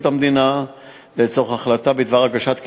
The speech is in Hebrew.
המדינה לצורך החלטה בדבר הגשת כתבי-אישום,